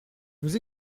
nous